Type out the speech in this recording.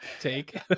take